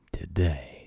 today